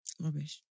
rubbish